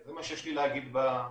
זה מה שיש לי להגיד בנושא.